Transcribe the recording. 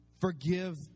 forgive